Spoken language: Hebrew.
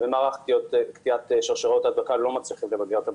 ומערך קטיעת שרשראות ההדבקה לא מצליחים למגר את המגפה,